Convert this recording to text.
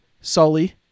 Sully